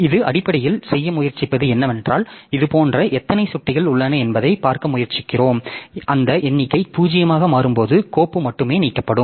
இது அடிப்படையில் செய்ய முயற்சிப்பது என்னவென்றால் இதுபோன்ற எத்தனை சுட்டிகள் உள்ளன என்பதைப் பார்க்க முயற்சிக்கிறோம் அந்த எண்ணிக்கை பூஜ்ஜியமாக மாறும்போது கோப்பு மட்டுமே நீக்கப்படும்